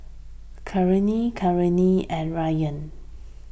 Kartini Kartini and Ryan